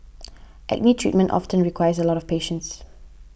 acne treatment often requires a lot of patience